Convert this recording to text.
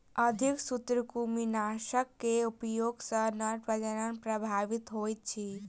अधिक सूत्रकृमिनाशक के उपयोग सॅ नर प्रजनन प्रभावित होइत अछि